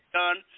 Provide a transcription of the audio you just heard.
done